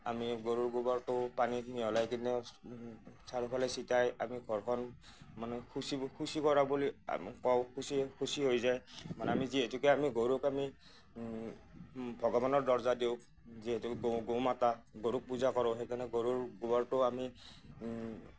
আমি গৰুৰ গোবৰটো পানীত মিহলাই কিনেও চাৰিওফালে চিতাই আমি ঘৰখন মানে শুচি শুচি কৰা বুলি আ কওঁ শুচি শুচি হৈ যায় মানে যিহেতুকে আমি গৰুক আমি ভগৱানৰ ডৰ্জা দিওঁ যিহেতু গো মাতা গৰুক পূজা কৰোঁ সেইকাৰণে গৰুৰ গোবৰটো আমি